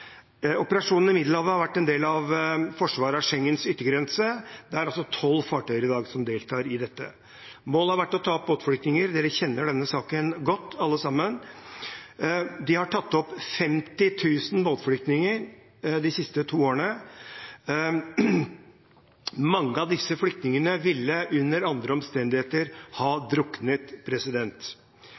Operasjonene i Middelhavet har vært en del av forsvaret av Schengens yttergrense. Det er tolv fartøyer i dag som deltar i dette. Målet har vært å ta opp båtflyktninger, dere kjenner alle sammen denne saken godt. De har tatt opp 50 000 båtflyktninger de siste to årene. Mange av disse flyktningene ville under andre omstendigheter ha druknet.